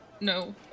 No